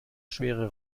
schwere